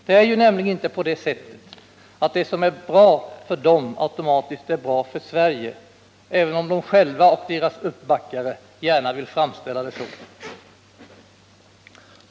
Det är ju nämligen inte på det sättet att det som är bra för dem automatiskt är bra för Sverige, även om de själva och deras uppbackare gärna vill framställa det så.